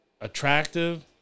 attractive